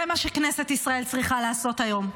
זה מה שכנסת צריכה לעשות היום,